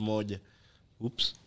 Oops